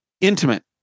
Intimate